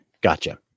Gotcha